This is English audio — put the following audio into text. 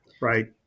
Right